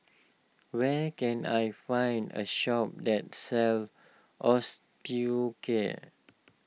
where can I find a shop that sells Osteocare